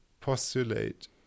postulate